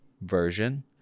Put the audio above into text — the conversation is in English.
version